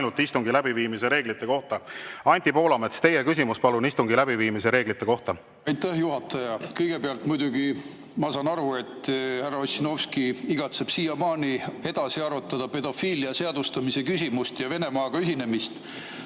Aitäh, juhataja! Kõigepealt, muidugi ma saan aru, et härra Ossinovski igatseb siiamaani edasi arutada pedofiilia seadustamise ja Venemaaga ühinemise